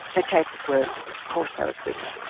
the cases were, of course they were quicker,